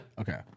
Okay